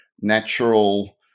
natural